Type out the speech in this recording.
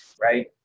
right